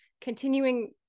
continuing